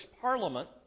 Parliament